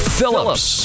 Phillips